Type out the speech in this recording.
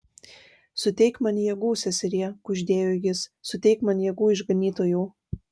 suteik man jėgų seserie kuždėjo jis suteik man jėgų išganytojau